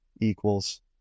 equals